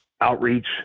outreach